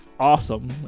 Awesome